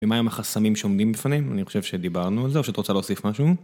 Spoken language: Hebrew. ומה עם החסמים שעומדים בפניהם? אני חושב שדיברנו על זה, או שאת רוצה להוסיף משהו.